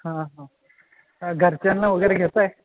हां हां घरच्यांना वगैरे घेताय